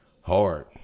hard